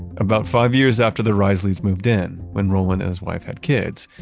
about five years after the reisleys moved in, when roland and his wife had kids,